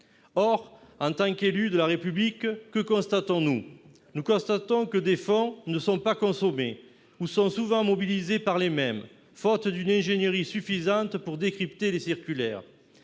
Or, en tant qu'élus de la République, que constatons-nous ? Nous constatons que des fonds ne sont pas consommés ou sont souvent mobilisés par les mêmes, faute d'une ingénierie suffisante pour décrypter les circulaires.